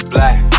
Black